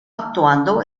actuando